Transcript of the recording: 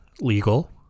legal